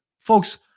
folks